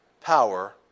power